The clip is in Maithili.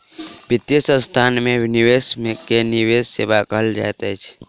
वित्तीय संस्थान में निवेश के निवेश सेवा कहल जाइत अछि